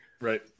Right